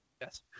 Yes